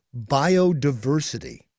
biodiversity